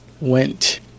went